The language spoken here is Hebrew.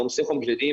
בעומסי חום כבדים,